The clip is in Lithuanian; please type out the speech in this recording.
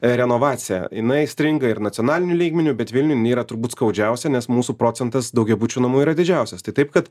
renovacija jinai stringa ir nacionaliniu lygmeniu bet vilniuj jinai yra turbūt skaudžiausia nes mūsų procentas daugiabučių namų yra didžiausias tai taip kad